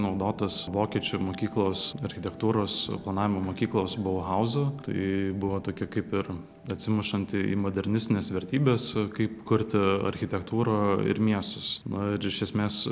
naudotas vokiečių mokyklos architektūros planavimo mokyklos bohauzo tai buvo tokia kaip ir atsimušanti į modernesnes vertybes kaip kurti architektūrą ir miestus na ir iš esmės